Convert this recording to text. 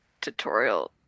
tutorial